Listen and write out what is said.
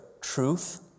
truth